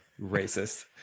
racist